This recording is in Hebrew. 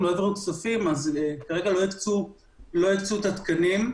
הכספים, לא העבירו לנו כספים ולא הקצו את התקנים.